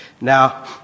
Now